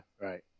Right